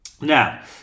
Now